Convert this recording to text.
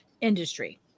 industry